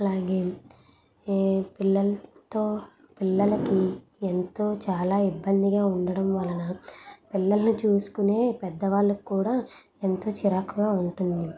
అలాగే ఏ పిల్లలతో పిల్లలకి ఎంతో చాలా ఇబ్బందిగా ఉండడం వలన పిల్లలని చూసుకునే పెద్దవాళ్ళకు కూడా ఎంతో చిరాకుగా ఉంటుంది